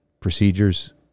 procedures